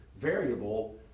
variable